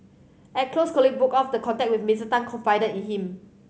at close colleague broke off the contact with Mister Tan confided in him